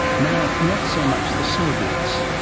now not so much the soviets,